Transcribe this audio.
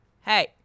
hey